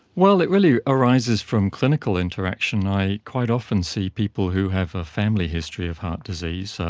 well, it really arises from clinical interaction. i quite often see people who have a family history of heart disease.